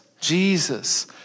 Jesus